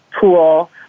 pool